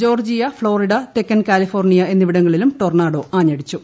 Georgia Florida തെക്കൻ California എന്നിവിടങ്ങളിലും tornado ആഞ്ഞടിച്ചു